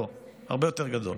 לא, הרבה יותר גדול.